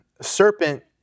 serpent